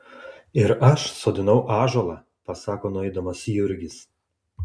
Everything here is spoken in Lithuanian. ir aš sodinau ąžuolą pasako nueidamas jurgis